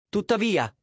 Tuttavia